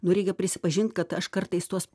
nu reikia prisipažint kad aš kartais tuos